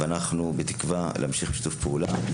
ואנחנו בתקווה להמשך שיתוף פעולה.